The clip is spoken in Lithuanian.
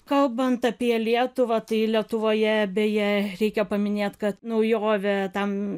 kalbant apie lietuvą tai lietuvoje beje reikia paminėti kad naujovė tam